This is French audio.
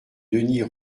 denys